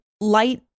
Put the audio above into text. light